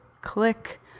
click